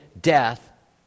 death